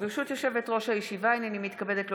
ברשות יושבת-ראש הישיבה, הינני מתכבדת להודיעכם,